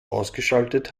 ausgeschaltet